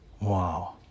wow